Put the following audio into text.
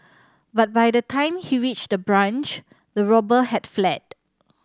but by the time he reached the branch the robber had fled